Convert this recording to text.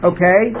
Okay